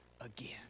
again